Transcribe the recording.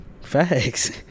Facts